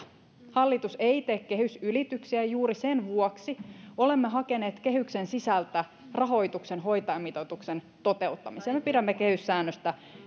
hallitus ei tee kehysylityksiä ja juuri sen vuoksi olemme hakeneet kehyksen sisältä rahoituksen hoitajamitoituksen toteuttamiseen me pidämme kehyssäännöstä